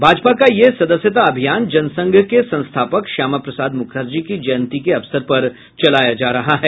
भाजपा का यह सदस्यता अभियान जनसंघ के संस्थापक श्यामा प्रसाद मुखर्जी की जयंती के अवसर पर चलाया जा रहा है